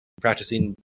practicing